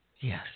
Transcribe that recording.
Yes